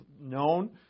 known